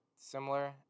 similar